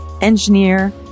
engineer